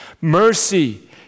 mercy